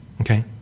Okay